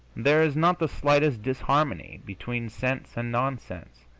there is not the slightest disharmony between sense and nonsense,